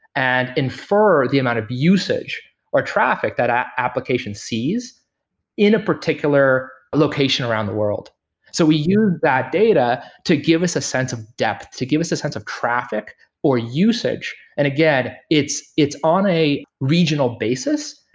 and infer the amount of usage or traffic that application sees in a particular location around the world so we use that data to give us a sense of depth, to give us a sense of traffic or usage. and again, it's it's on a regional basis.